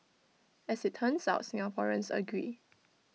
as IT turns out Singaporeans agree